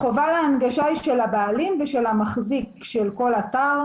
החובה להנגשה היא של הבעלים ושל המחזיק של כל אתר.